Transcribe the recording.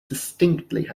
distinctly